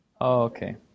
Okay